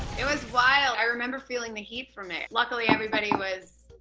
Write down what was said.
it was wild. i remember feeling the heat from it. luckily, everybody was.